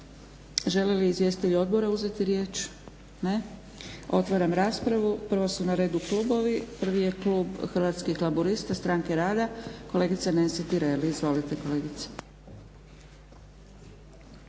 Žele li izvjestitelji odbora uzeti riječ? Ne. Otvaram raspravu. Prvo su na redu klubovi. Prvi je klub Hrvatskih laburista – stranke rada kolegica Nansi Tireli. Izvolite kolegice.